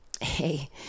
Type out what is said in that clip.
hey